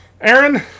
Aaron